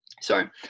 sorry